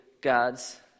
God's